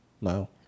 No